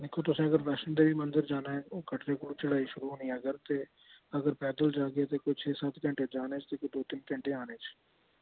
दिक्खो तुसें बैश्णो देवी मंदर जाना ऐ ओह् कटरे कोला चढ़ाई शुरू होनी ऐ अगर ते अगर पैदल जाह्गे कुछ छे सत्त घैंटे जाने च ते दो तिन्न घैंटे आने च